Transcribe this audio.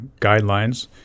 guidelines